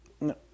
No